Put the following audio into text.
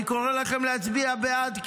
אני קורא לכם להצביע בעד,